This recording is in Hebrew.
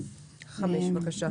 5 בבקשה.